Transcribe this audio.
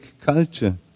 culture